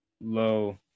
low